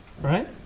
Right